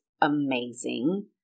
amazing